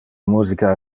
musica